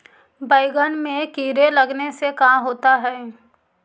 बैंगन में कीड़े लगने से का होता है?